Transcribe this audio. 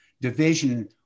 division